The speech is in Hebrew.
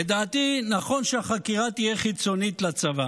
לדעתי, נכון שהחקירה תהיה חיצונית לצבא